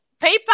PayPal